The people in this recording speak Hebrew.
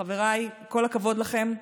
חבריי, כל הכבוד לכם,